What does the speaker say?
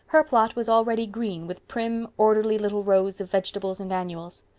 her plot was already green with prim, orderly little rows of vegetables and annuals.